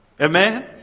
Amen